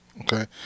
Okay